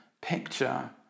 picture